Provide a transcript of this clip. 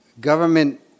government